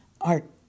art